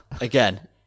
again